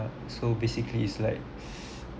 so basically it's like